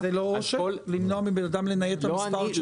יכול למנוע מבן אדם לנייד את המספר שלו?